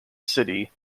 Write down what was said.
city